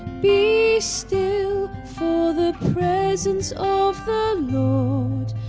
be still for the presence of the lord.